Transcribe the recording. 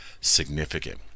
significant